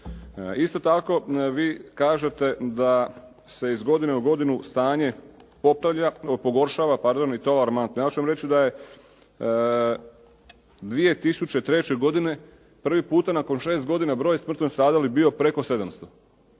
Isto tako, vi kažete da se iz godine u godinu stanje pogoršava i to alarmantno. Ja ću vam reći da je 2003. godine prvi puta nakon šest godina broj smrtno stradalih bio preko 700.